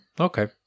okay